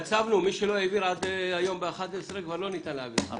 קצבנו: מי שלא העביר עד היום ב-11:00 כבר לא ניתן להעביר.